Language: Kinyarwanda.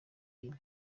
ine